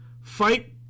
Fight